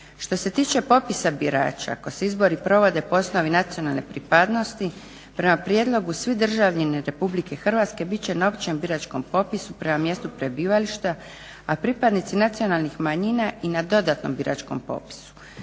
Što se tiče popisa birača, ako se izbori provode po osnovi nacionalne pripadnosti prema prijedlogu svi državljani Republike Hrvatske bit će na općem biračkom popisu prema mjestu prebivališta, a pripadnici nacionalnih manjina i na dodatnom biračkom popisu.